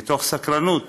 מתוך סקרנות,